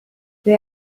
they